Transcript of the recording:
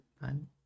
fun